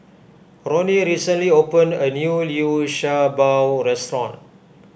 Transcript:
Roni recently opened a new Liu Sha Bao restaurant